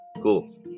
cool